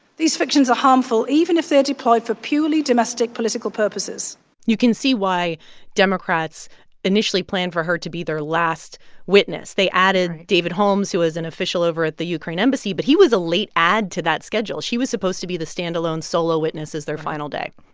these fictions are harmful even if they're deployed for purely domestic political purposes you can see why democrats initially planned for her to be their last witness. they added david holmes, who is an official over at the ukraine embassy, but he was a late add to that schedule. she was supposed to be the stand-alone solo witness as their final day.